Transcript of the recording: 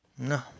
No